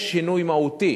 יש שינוי מהותי